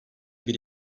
bir